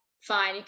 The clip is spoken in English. fine